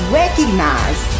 recognize